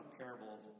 parables